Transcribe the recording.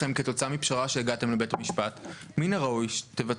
אבל לומר: אנחנו לא צופים שיפנו אז לא נפרסם